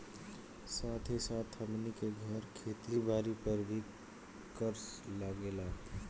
साथ ही साथ हमनी के घर, खेत बारी पर भी कर लागेला